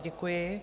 Děkuji.